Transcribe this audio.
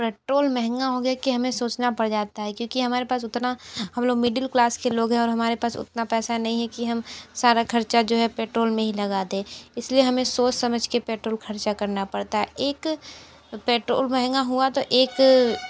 petrol महंगा हो गया है कि हमें सोचना पड़ जाता है क्योंकि हमारे पास उतना हम लोग मिडिल क्लास के लोग हैं और हमारे पास उतना पैसा नहीं है कि हम सारा ख़र्चा जो है पेट्रोल में ही लगा दे इस लिए हमें सोच समझ के पेट्रोल ख़र्च करना पड़ता है एक पैट्रोल महंगा हुआ तो एक